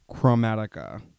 chromatica